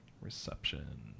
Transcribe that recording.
reception